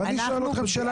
ואני שואל אתכם שאלה.